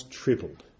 tripled